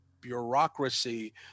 bureaucracy